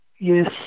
Yes